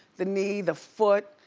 the knee, the foot,